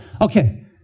Okay